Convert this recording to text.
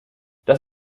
das